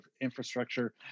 infrastructure